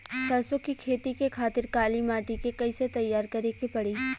सरसो के खेती के खातिर काली माटी के कैसे तैयार करे के पड़ी?